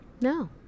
No